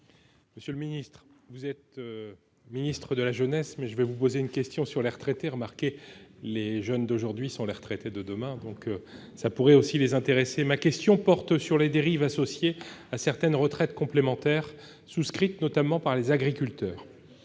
monsieur le secrétaire d'État, mais la question que je vais vous poser a trait aux retraités. Remarquez, les jeunes d'aujourd'hui sont les retraités de demain ... Cela pourrait aussi les intéresser ! Ma question porte sur les dérives associées à certaines retraites complémentaires souscrites, notamment, par les agriculteurs.